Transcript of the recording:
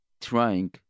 trying